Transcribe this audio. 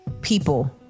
people